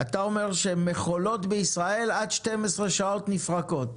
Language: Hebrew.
אתה אומר שמכולות בישראל, עד 12 שעות נפרקות?